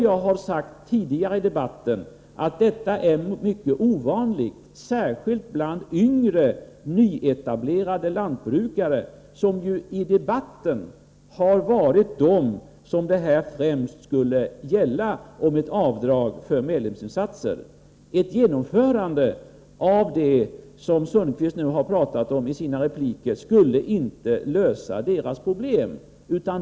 Jag sade tidigare i debatten att detta är mycket ovanligt, särskilt bland yngre, nyetablerade lantbrukare, som ju i debatten framställts som dem som ett avdrag för medlemsinsatser främst skulle gälla. Ett genomförande av det som Sundkvist talat om i sina repliker skulle inte lösa deras problem.